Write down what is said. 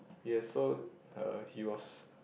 yes so uh he was